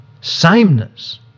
sameness